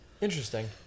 Interesting